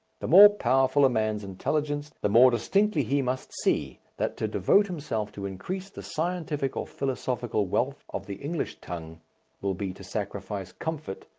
the more powerful a man's intelligence the more distinctly he must see that to devote himself to increase the scientific or philosophical wealth of the english tongue will be to sacrifice comfort,